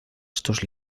estos